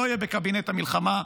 לא יהיה בקבינט המלחמה.